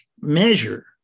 measure